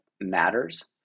matters